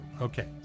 Okay